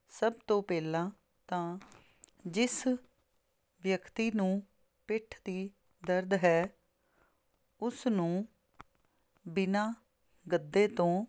ਸਭ ਤੋਂ ਪਹਿਲਾਂ ਤਾਂ ਜਿਸ ਵਿਅਕਤੀ ਨੂੰ ਪਿੱਠ ਦੀ ਦਰਦ ਹੈ ਉਸ ਨੂੰ ਬਿਨਾ ਗੱਦੇ ਤੋਂ